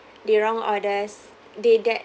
the wrong orders they that